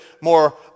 more